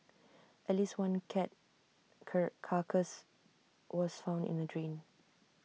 at least one cat carcass was found in A drain